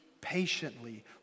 patiently